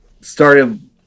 started